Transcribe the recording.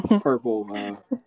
purple